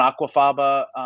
aquafaba